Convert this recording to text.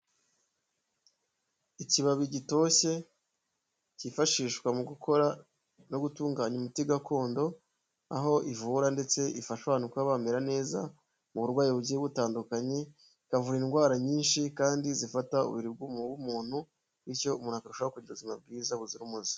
Ikibabi gitoshye, kifashishwa mu gukora no gutunganya imiti gakondo, aho ivura ndetse ifasha abantu kuba bamera neza, mu burwayi bugiye butandukanye, ikavura indwara nyinshi kandi zifata umuntu, bityo umuntu akarusha kugira ubuzima bwiza buzira umuze.